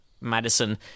Madison